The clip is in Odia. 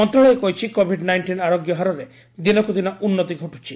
ମନ୍ତ୍ରଶାଳୟ କହିଛି କୋଭିଡ୍ ନାଇଷ୍ଟିନ୍ ଆରୋଗ୍ୟ ହାରରେ ଦିନକୁ ଦିନ ଉନ୍ନତି ଘଟୁଛି